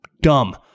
dumb